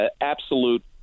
absolute